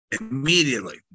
Immediately